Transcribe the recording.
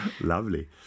Lovely